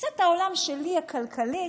תפיסת העולם שלי, הכלכלית,